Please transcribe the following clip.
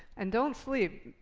and don't sleep.